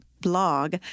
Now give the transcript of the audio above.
blog